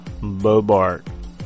Bobart